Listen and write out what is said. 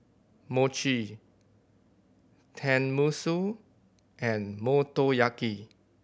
Mochi Tenmusu and Motoyaki